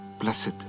Blessed